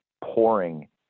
pouring